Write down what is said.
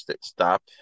stop